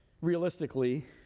Realistically